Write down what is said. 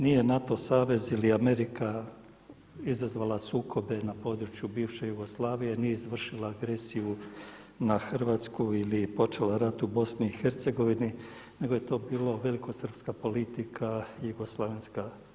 Nije NATO savez ili Amerika izazvala sukobe na području bivše Jugoslavije, nije izvršila agresiju na Hrvatsku ili počela rat u BiH nego je to bila velikosrpska politika i JNA.